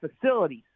facilities